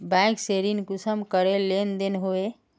Bank से ऋण कुंसम करे लेन देन होए?